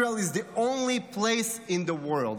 Israel is the only place in the world,